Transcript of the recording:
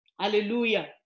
Hallelujah